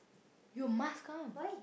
you must come